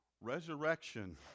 resurrection